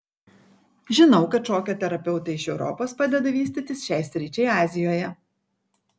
žinau kad šokio terapeutai iš europos padeda vystytis šiai sričiai azijoje